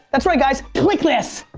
that's right guys, click this.